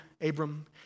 Abram